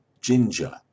ginger